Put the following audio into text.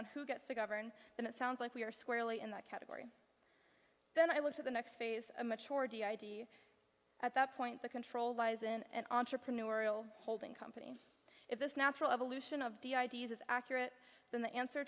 on who gets to govern and it sounds like we are squarely in that category then i went to the next phase of maturity id at that point the control lies in an entrepreneurial holding company if this natural evolution of the ideas is accurate then the answer